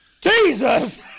Jesus